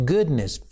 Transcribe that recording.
Goodness